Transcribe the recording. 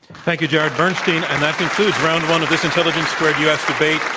thank you, jared bernstein. and that concludes round one of this intelligence squared u. s. debate,